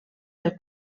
del